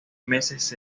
meses